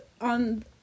on